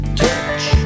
touch